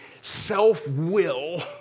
self-will